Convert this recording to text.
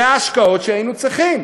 אלה ההשקעות שהיינו צריכים.